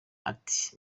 ati